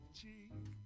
cheek